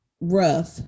rough